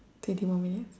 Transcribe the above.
twenty more minutes